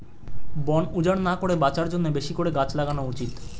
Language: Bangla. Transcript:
বন উজাড় না করে বাঁচার জন্যে বেশি করে গাছ লাগানো উচিত